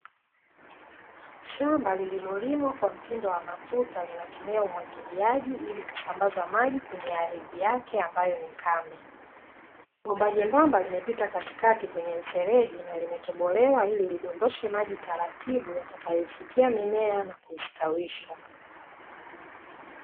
Shamba lililo limwa kwa mtindo wa matuta linatumia umwagiliaji ili kusambaza maji kwenye ardhi yake ambayo nikame, Bomba jembamba limepita katikati kwenye mfereji na limetobolewa ili lidondoshe maji taratibu yatakayo ifikia mimea na kuistawisha.